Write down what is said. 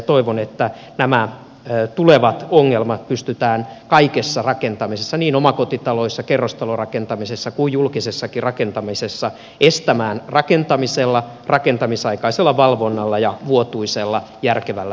toivon että nämä tulevat ongelmat pystytään kaikessa rakentamisessa niin omakotitaloissa kerrostalorakentamisessa kuin julkisessakin rakentamisessa estämään rakentamisella rakentamisaikaisella valvonnalla ja vuotuisella järkevällä ylläpidolla